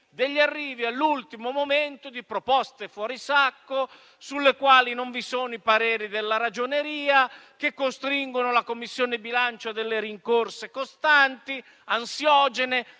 degli arrivi all'ultimo momento di proposte fuori sacco, sulle quali non vi sono i pareri della ragioneria, che costringono la Commissione bilancio a delle rincorse costanti e ansiogene,